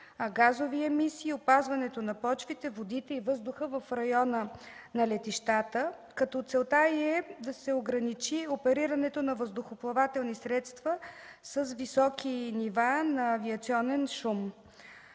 газови емисии, опазване на почвите, водите и въздуха в района на летищата, като целта й е да се ограничи оперирането на въздухоплавателни средства с високи нива на авиационен шум.